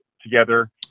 together